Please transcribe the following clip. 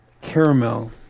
Caramel